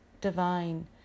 divine